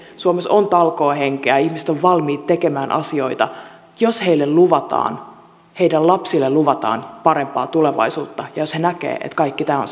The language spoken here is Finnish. suomessa on talkoohenkeä ihmiset ovat valmiita tekemään asioita jos heille luvataan heidän lapsilleen luvataan parempaa tulevaisuutta ja jos he näkevät että kaikki tämä on sen arvoista